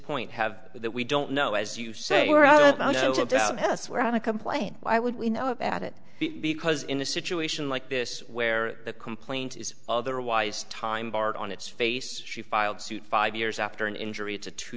point have that we don't know as you say yes we're going to complain why would we know about it because in a situation like this where the complaint is otherwise time barred on its face she filed suit five years after an injury